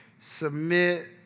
submit